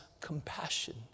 compassion